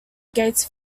gates